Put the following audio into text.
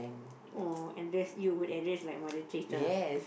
or address you will address like Mother-Teresa